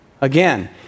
Again